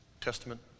Testament